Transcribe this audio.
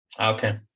Okay